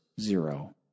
zero